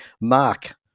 mark